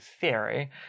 theory